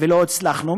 ולא הצלחנו,